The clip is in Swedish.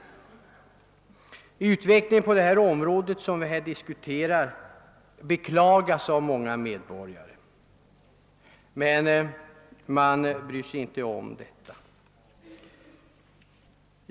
Denna utveckling beklagas säkert av många medborgare.